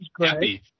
happy